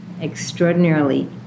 extraordinarily